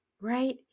right